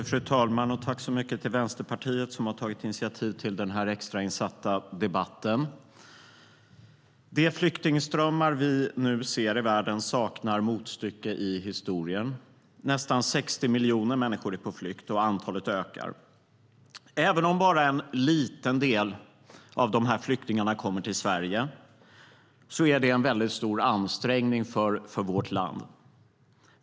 Fru talman! Jag tackar Vänsterpartiet, som har tagit initiativ till denna extrainsatta debatt. De flyktingströmmar vi nu ser i världen saknar motstycke i historien. Nästan 60 miljoner människor är på flykt, och antalet ökar. Även om bara en liten del av dessa flyktingar kommer till Sverige är det en stor ansträngning för vårt land.